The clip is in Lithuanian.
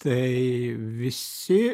tai visi